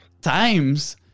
times